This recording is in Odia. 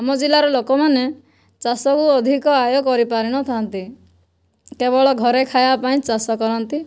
ଆମ ଜିଲ୍ଲାର ଲୋକମାନେ ଚାଷକୁ ଅଧିକ ଆୟ କରିପାରିନଥାନ୍ତି କେବଳ ଘରେ ଖାଇବାପାଇଁ ଚାଷ କରନ୍ତି